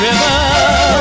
River